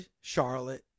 Charlotte